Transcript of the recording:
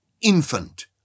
infant